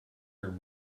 her